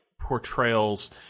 portrayals